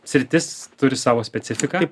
sritis turi savo specifiką